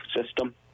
system